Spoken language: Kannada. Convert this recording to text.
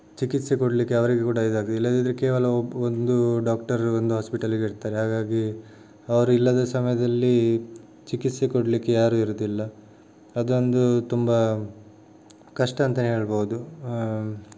ಚಿಕಿತ್ಸೆ ಕೊಡಲಿಕ್ಕೆ ಅವರಿಗೆ ಕೂಡ ಇದಾಗ್ತದೆ ಇಲ್ಲದಿದ್ದರೆ ಕೇವಲ ಒಂದು ಡಾಕ್ಟರ್ ಒಂದು ಹಾಸ್ಪಿಟಲ್ಗೆ ಇರ್ತಾರೆ ಹಾಗಾಗಿ ಅವರಿಲ್ಲದ ಸಮಯದಲ್ಲಿ ಚಿಕಿತ್ಸೆ ಕೊಡಲಿಕ್ಕೆ ಯಾರೂ ಇರುವುದಿಲ್ಲ ಅದೊಂದು ತುಂಬ ಕಷ್ಟ ಅಂತಾನೆ ಹೇಳ್ಬೋದು